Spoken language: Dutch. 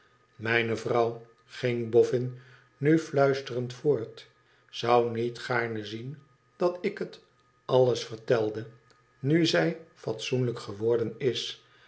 mijne vrouw ging boffin nu fluisterend voort zou niet gaarne zien dat ik het alles vertelde nu zij fatsoenlijk geworden is